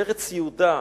ארץ יהודה,